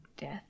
death